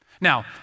Now